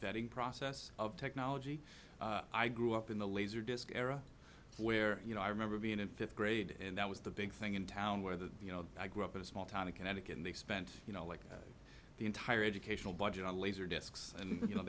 vetting process of technology i grew up in the laserdisc era where you know i remember being in fifth grade and that was the big thing in town where the you know i grew up in a small town in connecticut and they spent you know like the entire educational budget on laserdiscs and you know